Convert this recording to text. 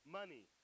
money